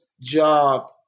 job